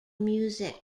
music